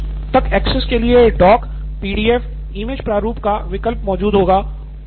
text books तक access के लिए डॉक पीडीएफ इमेज प्रारूप का विकल्प मौजूद होगा